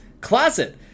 closet